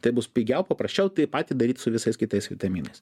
tai bus pigiau paprasčiau tai patį daryt su visais kitais vitaminais